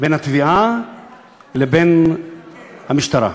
בין התביעה לבין המשטרה.